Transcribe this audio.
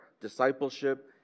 discipleship